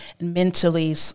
mentally